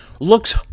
looks